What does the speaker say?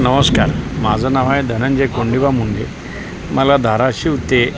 नमस्कार माझं नाव आहे धनंजय कोंडिबा मुंडे मला धाराशिव इथे